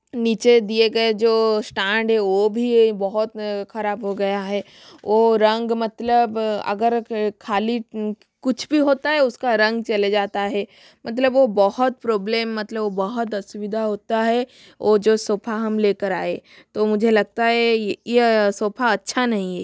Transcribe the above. नीचे दिए गए जो स्टैंड है ओ भी बहुत खराब हो गया है वो रंग मतलब अगर खाली कुछ भी होता है उसका रंग चले जाता है मतलब वो बहुत प्रॉब्लेम मतलब वो बहुत असुविधा होता है वो जो सोफा हम लेकर आए तो मुझे लगता है ये सोफा अच्छा नहीं है